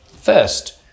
first